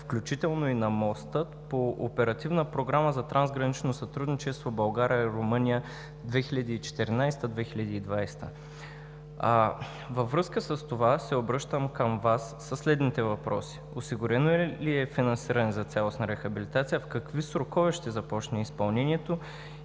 включително и на моста по Оперативна програма за трансгранично сътрудничество между България и Румъния 2014 – 2020 г. Във връзка с това се обръщам към Вас със следните въпроси: осигурено ли е финансиране за цялостна рехабилитация? В какви срокове ще започне изпълнението